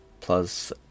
plus